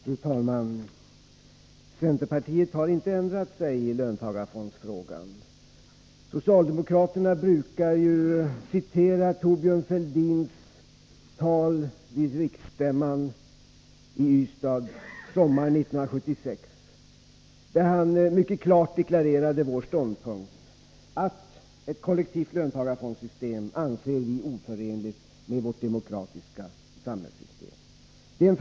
Fru talman! Centerpartiet har inte ändrat sig i löntagarfondsfrågan. Socialdemokraterna brukar ju citera Thorbjörn Fälldins tal vid riksstämman i Ystad sommaren 1976, där han mycket klart deklarerade vår ståndpunkt, att ett kollektivt löntagarfondssystem är oförenligt med vårt demokratiska samhällssystem.